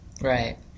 Right